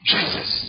Jesus